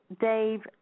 Dave